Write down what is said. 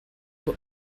but